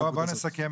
בואו נסכם.